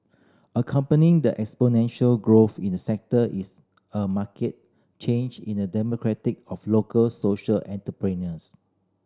accompanying the exponential growth in the sector is a market change in the demographic of local social entrepreneurs